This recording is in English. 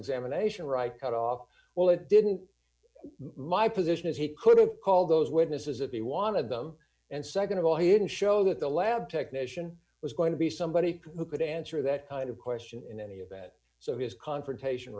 examination right cut off well it didn't my position is he could have called those witnesses it be one of them and nd of all he didn't show that the lab technician was going to be somebody who could answer that kind of question in any event so his confrontation